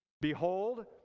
Behold